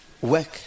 work